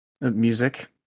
Music